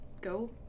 go